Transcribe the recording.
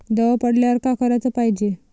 दव पडल्यावर का कराच पायजे?